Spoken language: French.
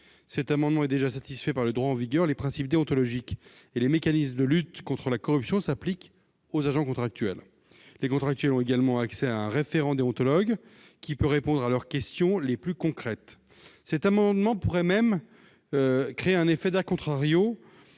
cet amendement est déjà satisfait par le droit en vigueur. Les principes déontologiques et les mécanismes de lutte contre la corruption s'appliquent aux agents contractuels. Ces derniers ont également accès à un référent déontologue, qui peut répondre à leurs questions les plus concrètes. L'adoption de cet amendement pourrait même avoir un effet contraire,